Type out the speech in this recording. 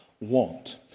want